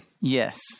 Yes